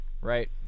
Right